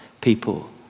people